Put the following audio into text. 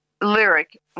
lyric